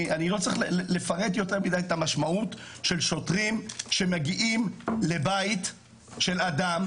אני לא צריך לפרט יותר מדי את המשמעות של שוטרים שמגיעים לבית של אדם,